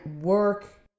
work